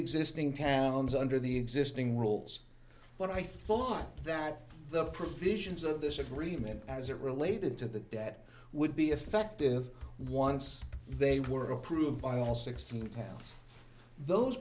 existing towns under the existing rules but i thought that the provisions of this agreement as it related to the debt would be effective once they were approved by all sixteen pounds those